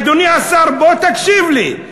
אדוני השר, בוא תקשיב לי.